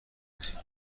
رسید